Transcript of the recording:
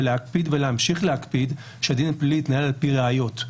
צריך להמשיך להקפיד שהדין הפלילי יתנהל על פי ראיות.